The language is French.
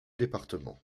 département